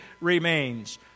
remains